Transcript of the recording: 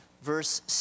Verse